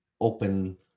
open